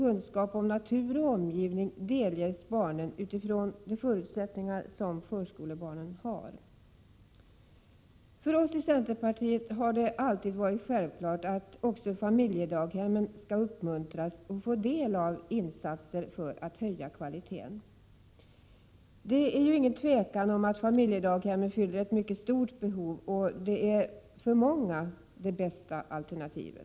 kunskap om natur och omgivning, delges barnen utifrån de förutsättningar förskolebarnen har. För oss i centerpartiet har det alltid varit självklart att också familjedaghemmen skall uppmuntras och få del av insatser för att höja kvaliteten. Det råder inget tvivel om att familjedaghemmen fyller ett mycket stort behov, och att det för många är det bästa alternativet.